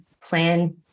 plan